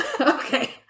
Okay